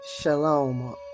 Shalom